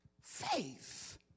faith